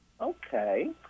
Okay